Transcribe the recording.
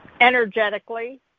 Energetically